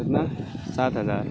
کتنا سات ہزار